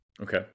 Okay